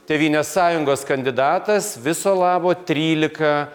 tėvynės sąjungos kandidatas viso labo trylika